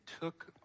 took